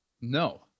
No